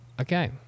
okay